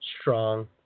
Strong